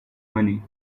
money